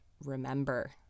remember